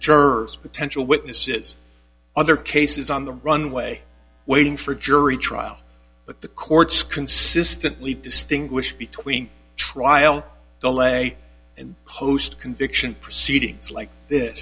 jurors potential witnesses other cases on the runway waiting for a jury trial but the courts consistently distinguish between trial delay and post conviction proceedings like th